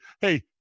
Hey